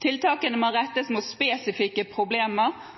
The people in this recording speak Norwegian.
Tiltakene må rettes mot spesifikke problemer